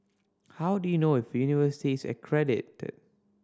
how do you know if a university is accredited